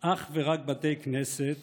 אך ורק בתי כנסת